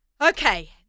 Okay